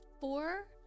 four